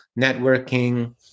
networking